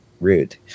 rude